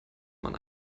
man